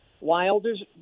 Wilder's